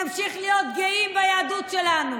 שנמשיך להיות גאים ביהדות שלנו,